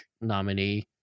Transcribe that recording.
nominee